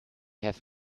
have